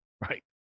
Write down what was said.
right